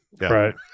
right